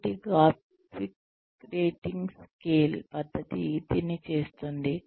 కాబట్టి graphic rating scale పద్ధతి దీన్ని చేస్తుంది